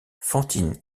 fantine